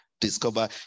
Discover